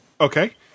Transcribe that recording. Okay